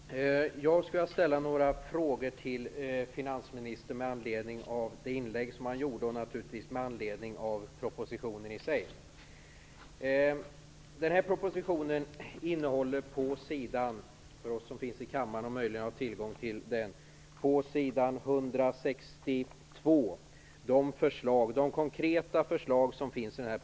Fru talman! Jag skulle vilja ställa några frågor till finansministern med anledning av det inlägg som han gjorde och naturligtvis också med anledning av propositionen som sådan. I propositionen redovisas på s. 162 de konkreta förslagen i tio punkter.